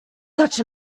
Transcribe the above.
such